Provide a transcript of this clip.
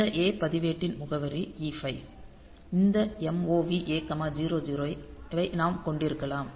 இந்த A பதிவேட்டின் முகவரி E5 இந்த MOV A 00 ஐ நாம் கொண்டிருக்கலாம்